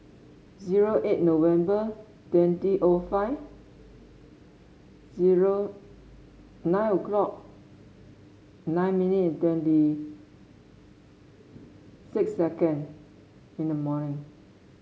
zero eight November twenty O five zero nine o'clock nine minutes and twenty six second in the morning